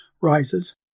rises